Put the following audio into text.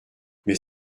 mais